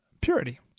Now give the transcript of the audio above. purity